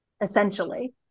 essentially